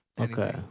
Okay